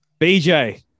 BJ